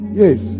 yes